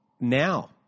now